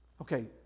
Okay